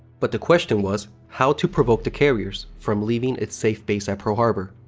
but the question was how to provoke the carriers from leaving it's safe base at pearl harbor?